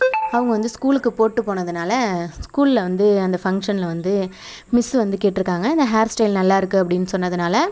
அவங்க வந்து ஸ்கூலுக்கு போட்டு போனதுனால் ஸ்கூலில் வந்து அந்த பங்ஷனில் வந்து மிஸ் வந்து கேட்டிருக்காங்க இந்த ஹேர் ஸ்டைல் நல்லாயிருக்கு அப்படின்னு சொன்னதுனால்